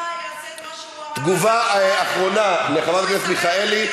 תגובה אחרונה לחברת הכנסת מיכאלי,